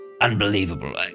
Unbelievable